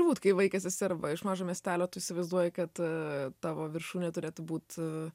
turbūt kai vaikas esi arba iš mažo miestelio tu įsivaizduoji kad tavo viršūnė turėtų būt